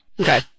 okay